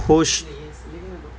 خوش